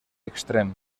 extrem